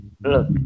Look